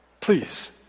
please